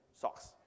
socks